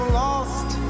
lost